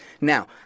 Now